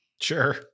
Sure